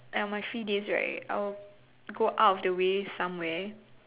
on my free days right I'll go out of the way somewhere